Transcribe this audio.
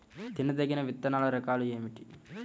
తినదగిన విత్తనాల రకాలు ఏమిటి?